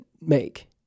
make